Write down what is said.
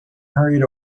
hurried